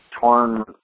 torn